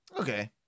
Okay